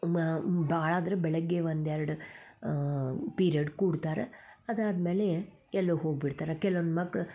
ಮ ಭಾಳ ಆದರೆ ಬೆಳಗ್ಗೆ ಒಂದೆರಡು ಪೀರೆಡ್ ಕೂರ್ತಾರ ಅದು ಆದ್ಮೇಲೆ ಎಲ್ಲೋ ಹೋಗಿ ಬಿಡ್ತಾರೆ ಕೆಲವೊಂದು ಮಕ್ಳು